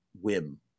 whim